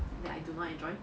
that I do not enjoy